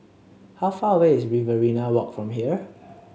how far away is Riverina Walk from here